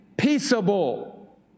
Peaceable